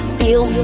feel